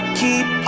keep